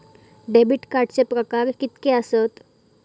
Debit कार्डचे प्रकार कीतके आसत?